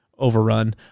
overrun